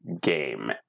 game